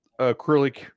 acrylic